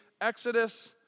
Exodus